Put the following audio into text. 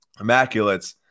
Immaculates